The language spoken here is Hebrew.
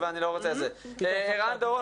וככל שאני מבין בדיני עבודה,